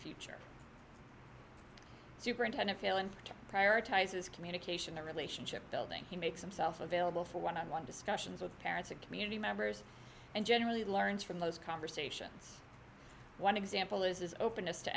future superintendent failing to prioritise his communication the relationship building he makes himself available for one on one discussions with parents and community members and generally learns from those conversations one example is openness to